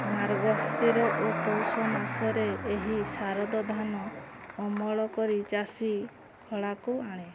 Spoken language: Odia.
ମାର୍ଗଶୀର ଓ ପୌଷ ମାସରେ ଏହି ଶାରଦଧାନ ଅମଳ କରି ଚାଷୀ ଖଳାକୁ ଆଣେ